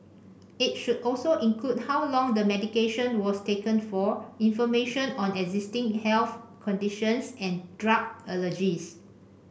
it should also include how long the medication was taken for information on existing health conditions and drug allergies